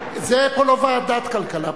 פה זה לא ועדת הכלכלה,